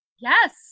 Yes